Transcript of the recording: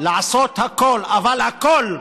לעשות הכול, אבל הכול,